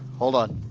hold on,